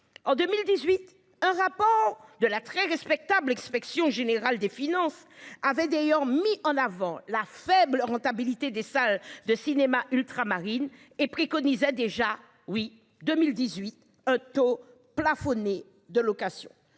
en 2018 un rapport de la très respectable expression générale des finances avait d'ailleurs mis en avant la faible rentabilité des salles de cinéma ultramarines et préconisait déjà oui 2018 un taux plafonné de location